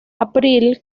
april